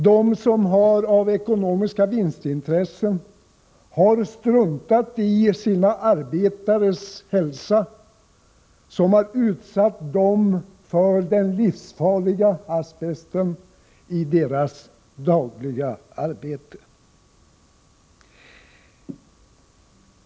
De som har ekonomiska vinstintressen har struntat i sina arbetares hälsa och har utsatt dem för den livsfarliga asbesten i deras dagliga arbete.